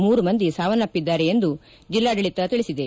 ಮೂರು ಮಂದಿ ಸಾವನ್ನಪ್ಪಿದ್ದಾರೆ ಎಂದು ಜಿಲ್ಲಾಡಳಿತ ತಿಳಿಸಿದೆ